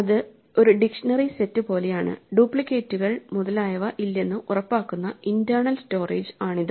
ഇത് ഒരു dictionary set പോലെയാണ് ഡ്യൂപ്ലിക്കേറ്റുകൾ മുതലായവ ഇല്ലെന്ന് ഉറപ്പാക്കുന്ന ഇൻേറണൽ സ്റ്റോറേജ് ആണിത്